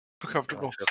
Comfortable